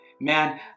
Man